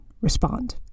respond